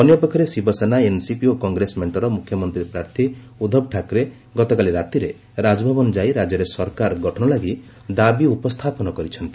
ଅନ୍ୟପକ୍ଷରେ ଶିବସେନା ଏନ୍ସିପି ଓ କଂଗ୍ରେସ ମେଣ୍ଟର ମୁଖ୍ୟମନ୍ତ୍ରୀ ପ୍ରାର୍ଥୀ ଉଦ୍ଧବ ଠାକ୍ରେ ଗତକାଲି ରାତିରେ ରାଜଭବନ ଯାଇ ରାଜ୍ୟରେ ସରକାର ଗଠନ ଲାଗି ଦାବି ଉପସ୍ଥାପନ କରିଛନ୍ତି